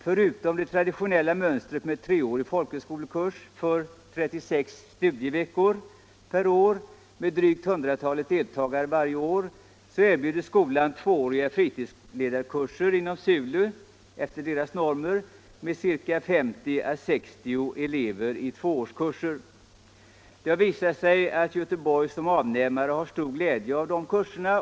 Förutom det traditionella mönstret med treåriga folkhögskolekurser om 36 studieveckor per år med drygt 100 deltagare varje år erbjuder skolan tvååriga fritidsledarkurser inom SULU efter deras normer med 50 å 60 elever i tvåårskurser. Det har visat sig att Göteborg som avnämare har stor glädje av de kurserna.